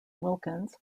wilkins